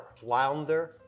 flounder